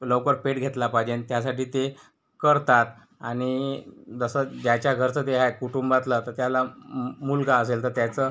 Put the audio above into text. लवकर पेट घेतला पाहिजेन त्यासाठी ते करतात आणि जसं ज्याच्या घरचं जे आहे कुटुंबातलं त त्याला अम् मुलगा असेल तर त्याचं